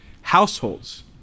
households